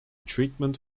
treatment